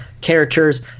characters